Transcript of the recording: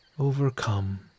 Overcome